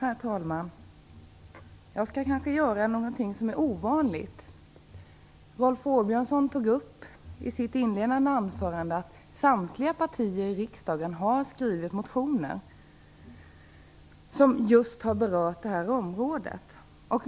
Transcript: Herr talman! Jag skall kanske göra någonting som är ovanligt. Rolf Åbjörnsson tog upp i sitt inledande anförande att samtliga partier i riksdagen har skrivit motioner som berör det här området.